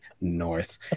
North